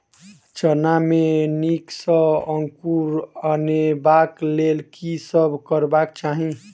चना मे नीक सँ अंकुर अनेबाक लेल की सब करबाक चाहि?